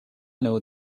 know